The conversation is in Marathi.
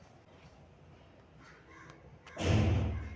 शेतीमध्ये कोणती मूलभूत रसायने वापरली जातात?